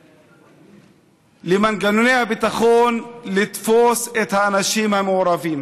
להורות למנגנוני הביטחון לתפוס את האנשים המעורבים.